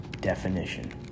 definition